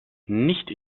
nicht